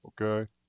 Okay